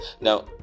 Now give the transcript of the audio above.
now